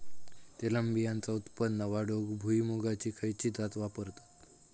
तेलबियांचा उत्पन्न वाढवूक भुईमूगाची खयची जात वापरतत?